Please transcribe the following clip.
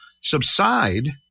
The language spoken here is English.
subside